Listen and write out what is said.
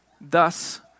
Thus